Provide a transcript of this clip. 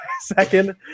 second